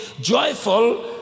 joyful